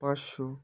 পাঁচশো